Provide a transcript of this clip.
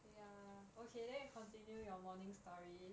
ya okay then you continue your morning story